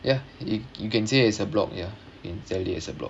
ya yo~ you can say is a blog ya can tell you is a blog